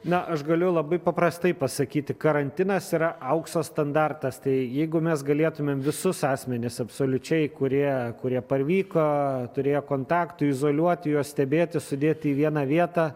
na aš galiu labai paprastai pasakyti karantinas tai yra aukso standartas tai jeigu mes galėtumėm visus asmenis absoliučiai kurie kurie parvyko turėjo kontaktų izoliuoti juos stebėti sudėti į vieną vietą